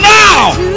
now